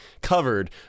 covered